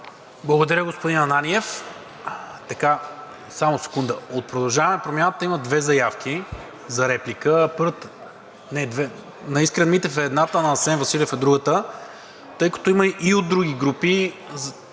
Благодаря, господин Ананиев. От „Продължаваме Промяната“ има две заявки за реплики – на Искрен Митев е едната, на Асен Василев е другата. Тъй като има и от други групи…